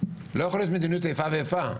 לא יכולה להיות מדיניות איפה ואיפה.